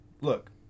look